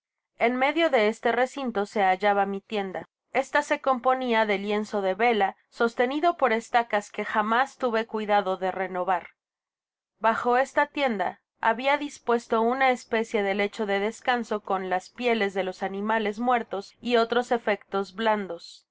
en medio de este recinto se hallaba mi tienda esta se componia de lienzo de vela sostenido por estacas que jamás tuve cuidado de renovar bajo esta tienda habia dispuesto una especie de lecho de descanso con las píeles de los animales muertos y otros efectos blandos una